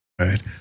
right